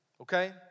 okay